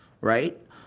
right